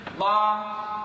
law